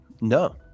No